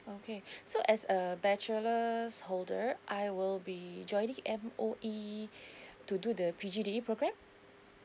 okay so as a bachelor's holder I will be joining M_O_E to do the P_G_D_E program